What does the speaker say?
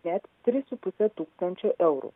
net tris su puse tūkstančio eurų